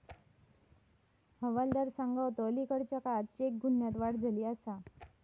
हवालदार सांगा होतो, अलीकडल्या काळात चेक गुन्ह्यांत वाढ झाली आसा